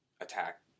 attack